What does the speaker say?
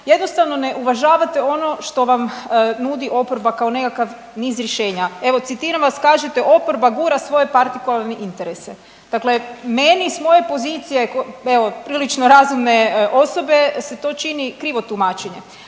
jednostavno ne uvažavate ono što vam nudi oporba kao nekakav niz rješenja. Evo citiram vas kažete, oporba gura svoje partikularne interese. Dakle, meni s moje pozicije evo prilično razumne osobe se to čini krivo tumačenje.